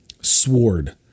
Sword